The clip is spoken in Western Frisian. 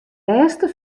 lêste